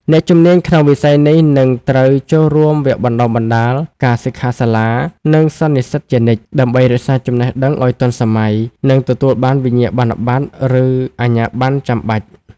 អ្នកជំនាញក្នុងវិស័យនេះនឹងត្រូវចូលរួមវគ្គបណ្តុះបណ្តាល ការសិក្ខាសាលា និងសន្និសីទជានិច្ច ដើម្បីរក្សាចំណេះដឹងឱ្យទាន់សម័យ និងទទួលបានវិញ្ញាបនបត្រ ឬអាជ្ញាប័ណ្ណចាំបាច់។